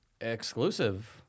exclusive